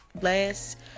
last